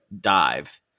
dive